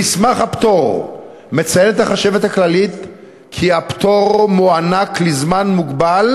במסמך הפטור החשבת הכללית מציינת כי הפטור מוענק לזמן מוגבל,